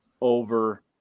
over